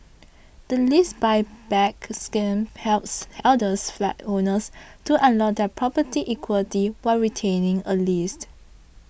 the Lease Buyback Scheme helps elders flat owners to unlock their property's equity while retaining a lease